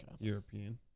European